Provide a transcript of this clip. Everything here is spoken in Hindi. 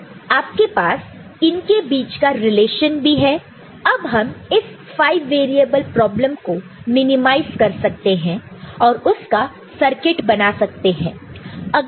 अब आपके पास इनके बीच का रिलेशन भी है अब हम इस 5 वेरिएबल प्रॉब्लम को मिनिमाइज कर सकते हैं और उसका सर्किट बना सकते हैं